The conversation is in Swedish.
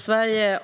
Sverige